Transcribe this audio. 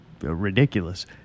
ridiculous